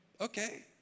okay